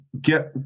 get